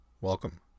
Welcome